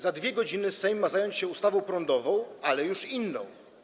Za 2 godziny Sejm ma zająć się ustawą prądową, ale już inną.